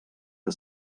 que